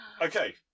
Okay